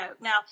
Now